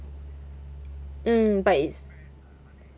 mm but it's